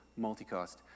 multicast